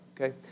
okay